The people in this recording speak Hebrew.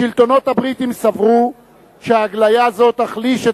השלטונות הבריטיים סברו שהגליה זו תחליש את